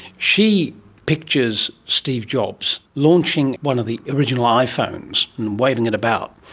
she pictures steve jobs launching one of the original iphones and waving it about,